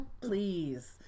Please